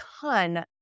ton